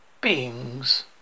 beings